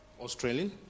Australian